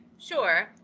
sure